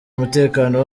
umutekano